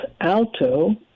alto